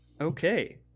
Okay